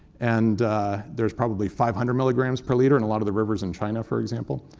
and there's probably five hundred milligrams per liter in a lot of the rivers in china, for example.